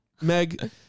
Meg